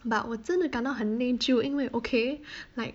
but 我真的感到很内疚因为 okay like